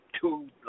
two